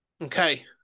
Okay